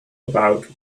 about